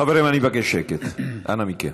חברים, אני מבקש שקט, אנא מכם.